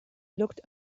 looked